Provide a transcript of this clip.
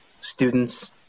students